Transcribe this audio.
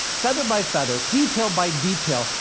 feather by feather, detail by detail,